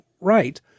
right